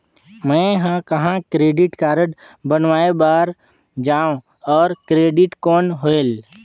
मैं ह कहाँ क्रेडिट कारड बनवाय बार जाओ? और क्रेडिट कौन होएल??